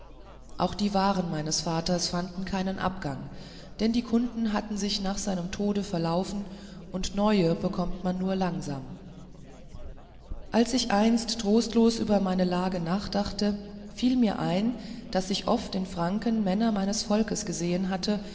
auch die waren meines vaters fanden keinen abgang denn die kunden hatten sich nach seinem tode verlaufen und neue bekommt man nur langsam als ich einst trostlos über meine lage nachdachte fiel mir ein daß ich oft in franken männer meines volkes gesehen hatte